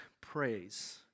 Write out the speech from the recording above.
praise